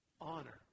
Honor